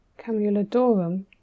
Camulodorum